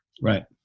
Right